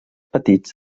petits